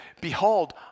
behold